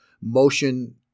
motion